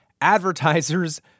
advertisers